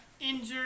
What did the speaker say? injured